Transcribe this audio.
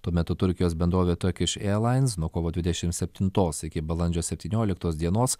tuo metu turkijos bendrovė turkish airlines nuo kovo dvidešimt septintos iki balandžio septynioliktos dienos